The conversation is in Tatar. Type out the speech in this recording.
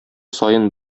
саен